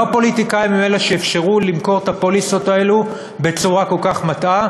לא הפוליטיקאים הם שאפשרו למכור את הפוליסות הללו בצורה כל כך מטעה